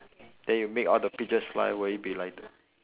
then you make all the pigeons fly will it be lighter